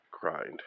grind